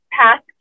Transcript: past